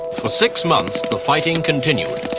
for six months, the fighting continued.